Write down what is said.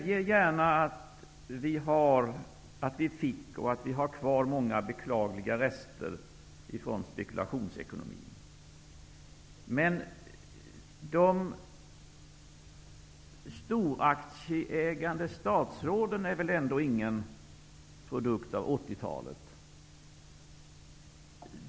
Fru talman! Jag medger gärna att vi har kvar många beklagliga rester från spekulationsekonomin. Men statsråden med stora aktieinnehav är väl ändå ingen produkt av 80-talet?